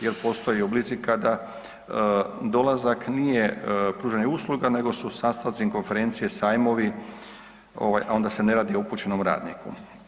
Jel postoje oblici kada dolazak nije pružanje usluga nego su sastanci, konferencije, sajmovi ovaj, a onda se ne radi o upućenom radniku.